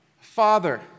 Father